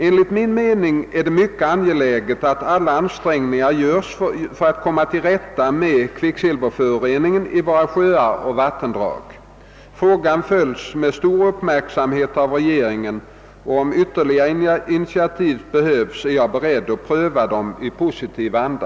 Enligt min mening är det mycket angeläget att alla ansträngningar görs för att komma till rätta med kvicksilverföroreningen i våra sjöar och vattendrag. Frågan följs med stor uppmärksamhet av regeringen, och om ytterligare initiativ behövs är jag beredd pröva dem i positiv anda.